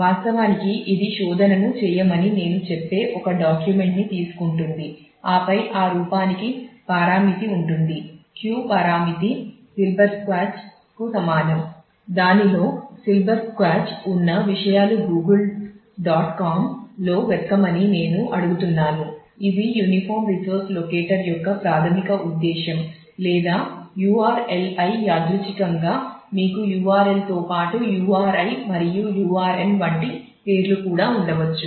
వాస్తవానికి ఇది శోధనను చేయమని నేను చెప్పే ఒక డాక్యుమెంట్ యొక్క ప్రాథమిక ఉద్దేశ్యం లేదా URLl యాదృచ్ఛికంగా మీకు URL తో పాటు URI మరియు URN వంటి పేర్లు కూడా ఉండవచ్చు